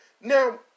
Now